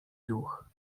duch